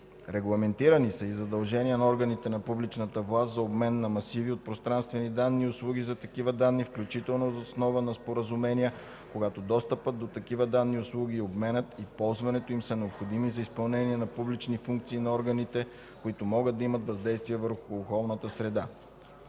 Регламентирани са и задължения на органите на публична власт за обмен на масиви от пространствени данни и услуги за такива данни, включително въз основа на споразумения, когато достъпът до такива данни и услуги и обменът и ползването им са необходими за изпълнение на публични функции на органите, които могат да имат въздействие върху околната среда.